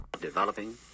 developing